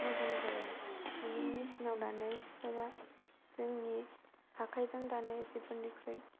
मोजां जाया माने मेसिनाव दानाय सिफोरा जोंनि आखायजों दानाय सिफोरनिफ्राय